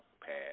pad